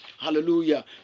Hallelujah